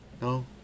No